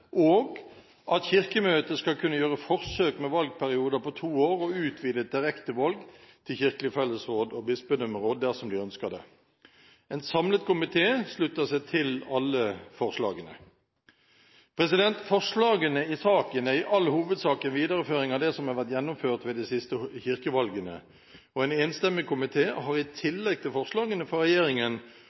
og at Kirkemøtet skal kunne gjøre forsøk med valgperioder på to år og utvidet direktevalg til kirkelig fellesråd og bispedømmeråd dersom de ønsker det. En samlet komité slutter seg til alle forslagene. Forslagene i saken er i all hovedsak en videreføring av det som har vært gjennomført ved de siste kirkevalgene. En enstemmig komité har i tillegg til forslagene fra regjeringen